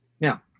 Now